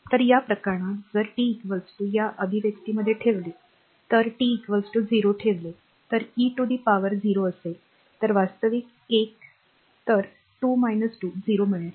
तर या प्रकरणात जर टी या अभिव्यक्तीमध्ये ठेवले तर टी 0 ठेवले तर e टु दी पॉवर 0 असेल तर वास्तविक 1 तर 2 2 0 मिळेल